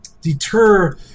deter